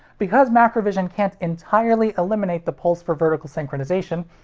because macrovision can't entirely eliminate the pulse for vertical synchronization,